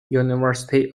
university